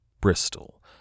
Bristol